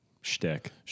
shtick